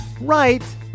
right